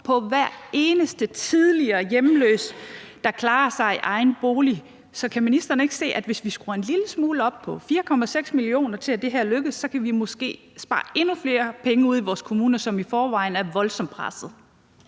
på hver eneste tidligere hjemløs, der klarer sig i egen bolig. Så kan ministeren ikke se, at hvis vi skruer det en lille smule op til 4,6 mio. kr., for at det her kan lykkes, så kan vi måske spare endnu flere penge ude i vores kommuner, som i forvejen er voldsomt pressede?